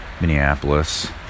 Minneapolis